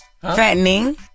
Fattening